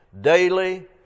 Daily